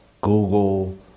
Google